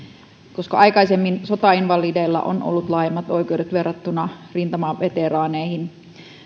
koska aikaisemmin sotainvalideilla on ollut laajemmat oikeudet verrattuna rintamaveteraaneihin